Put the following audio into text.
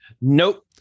Nope